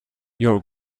your